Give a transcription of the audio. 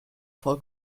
for